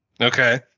Okay